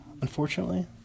unfortunately